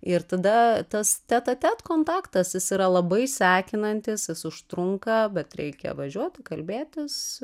ir tada tas tet a tet kontaktas jis yra labai sekinantis jis užtrunka bet reikia važiuoti kalbėtis